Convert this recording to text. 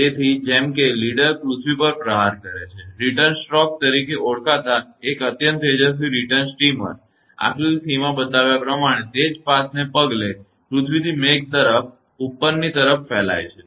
તેથી જેમ કે લીડર પૃથ્વી પર પ્રહાર કરે છે રીટર્ન સ્ટ્રોક તરીકે ઓળખાતા એક અત્યંત તેજસ્વી રીટર્ન સ્ટીમર આકૃતિ c માં બતાવ્યા પ્રમાણે તે જ પાથને પગલે પૃથ્વીથી મેઘ તરફ ઉપરની તરફ ફેલાય છે